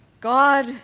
God